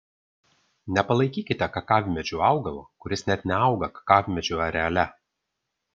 nepalaikykite kakavmedžiu augalo kuris net neauga kakavmedžių areale